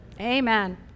Amen